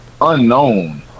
unknown